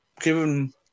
given